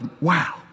wow